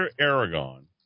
Aragon